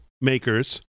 makers